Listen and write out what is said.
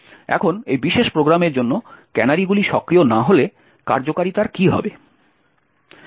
এখন এই বিশেষ প্রোগ্রামের জন্য ক্যানারিগুলি সক্রিয় না হলে কার্যকারিতার কী হবে